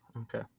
Okay